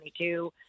2022